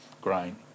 grain